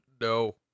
No